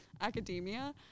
academia